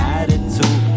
attitude